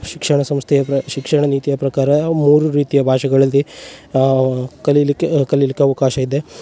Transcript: ಶಿಕ್ಷಣ ಸಂಸ್ಥೆಯ ಶಿಕ್ಷಣ ನೀತಿಯ ಪ್ರಕಾರ ಮೂರು ರೀತಿಯ ಭಾಷೆಗಳಲ್ಲಿ ಕಲೀಲಿಕ್ಕೆ ಕಲೀಲಿಕ್ಕೆ ಅವಕಾಶ ಇದೆ